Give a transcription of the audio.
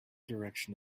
direction